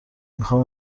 میخام